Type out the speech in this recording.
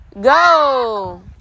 Go